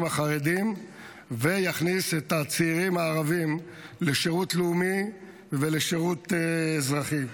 החרדים ויכניס את הצעירים הערבים לשירות לאומי ולשירות אזרחי.